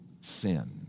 sin